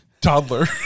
toddler